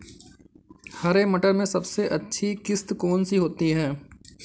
हरे मटर में सबसे अच्छी किश्त कौन सी होती है?